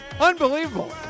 unbelievable